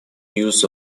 use